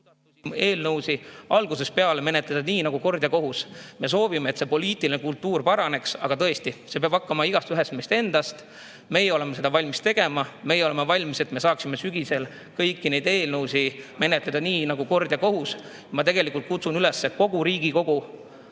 eelnõusid menetleda nii nagu kord ja kohus. Me soovime, et poliitiline kultuur paraneks, aga tõesti, see peab algama igaühest endast. Meie oleme seda valmis tegema. Meie oleme valmis, et me saaksime sügisel kõiki eelnõusid menetleda nii nagu kord ja kohus. Ma tegelikult kutsun üles kogu Riigikogu